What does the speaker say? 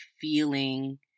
feeling